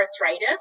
arthritis